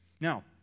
Now